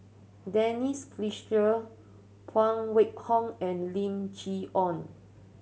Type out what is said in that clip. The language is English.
Denise Fletcher Phan Wait Hong and Lim Chee Onn